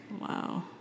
Wow